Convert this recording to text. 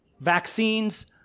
vaccines